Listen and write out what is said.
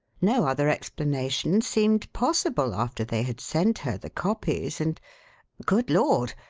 no other explanation seemed possible after they had sent her the copies and good lord!